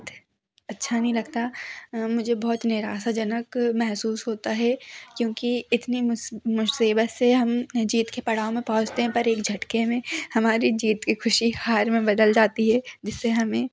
अच्छा नहीं लगता मुझे बहुत निराशा जनक मेहसूस होता है क्योंकि इतनी मूस मुसीबत से हम अपने जीत के पड़ाव में पहुँचते हैं पर एक झटके में हमारे जीत की खुशी हार में बदल जाती है जिससे हमें